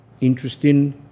Interesting